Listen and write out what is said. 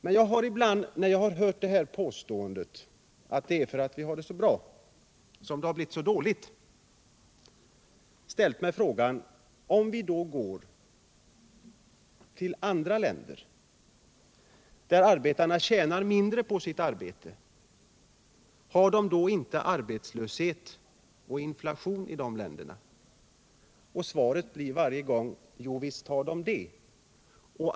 Men jag har ibland när jag hört påståendet, att det är på grund av att vi har det så bra som det har blivit så dåligt, ställt mig den här frågan: Har de inte arbetslöshet och inflation i de länder där arbetarna tjänar mindre på sitt arbete? Svaret blir varje gång: Visst har de det.